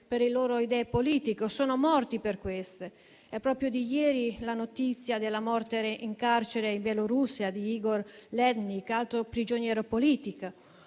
per le loro idee politiche o sono morti per queste. È proprio di ieri la notizia della morte in carcere in Bielorussia di Igor Lednik, altro prigioniero politico.